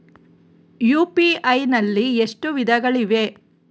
UPI ನಲ್ಲಿ ಎಷ್ಟು ವಿಧಗಳಿವೆ?